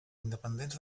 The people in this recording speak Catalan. independents